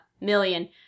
million